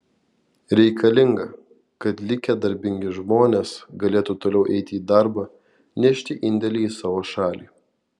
reikalinga kad likę darbingi žmonės galėtų toliau eiti į darbą nešti indėlį į savo šalį